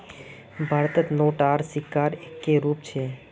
भारतत नोट आर सिक्कार एक्के रूप छेक